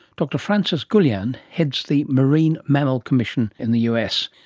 dr frances gulland heads the marine mammal commission in the us.